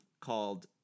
called